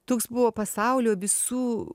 toks buvo pasaulio visų